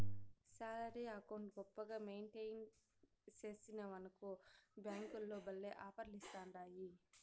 salary account గొప్పగా maintain సేస్తివనుకో బ్యేంకోల్లు భల్లే ఆపర్లిస్తాండాయి